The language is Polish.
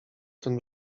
tym